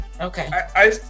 Okay